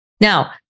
Now